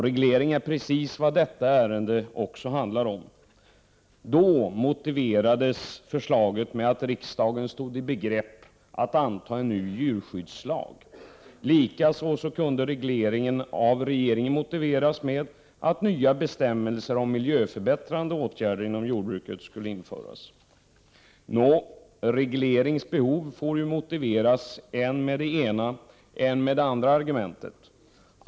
Reglering är precis vad detta ärende också handlar om. Förslaget motiverades då med att riksdagen stod i begrepp att anta en ny djurskyddslag. Likaså kunde regeringen motivera regleringen med att nya bestämmelser om miljöförbättrande åtgärder inom jordbruket skulle införas. Regleringsbehov får ju motiveras än med det ena än med det andra argumentet.